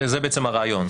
זה בעצם הרעיון.